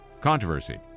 controversy